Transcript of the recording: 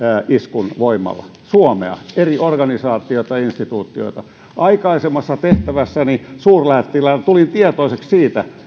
kyberiskun voimalla suomea eri organisaatioita instituutioita vastaan aikaisemmassa tehtävässäni suurlähettiläänä tulin tietoiseksi siitä